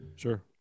Sure